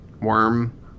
worm